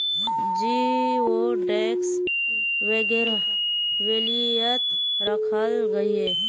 जिओडेक्स वगैरह बेल्वियात राखाल गहिये